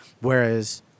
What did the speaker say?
whereas